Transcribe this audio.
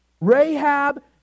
Rahab